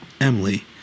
Emily